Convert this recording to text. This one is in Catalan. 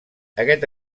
aquest